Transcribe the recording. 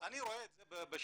ואני רואה את זה בשטח,